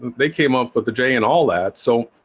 they came up with the j and all that so